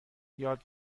یاد